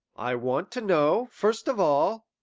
i want to know, first of all,